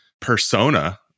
persona